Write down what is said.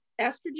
estrogen